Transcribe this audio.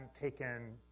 taken